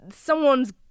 someone's